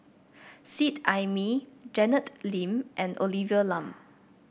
Seet Ai Mee Janet Lim and Olivia Lum